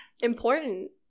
Important